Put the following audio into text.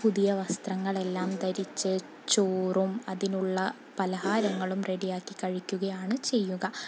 പുതിയ വസ്ത്രങ്ങളെല്ലാം ധരിച്ചു ചോറും അതിനുള്ള പലഹാരങ്ങളും റെഡിയാക്കി കഴിക്കുകയാണ് ചെയ്യുക